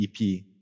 EP